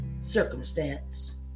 circumstance